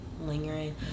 lingering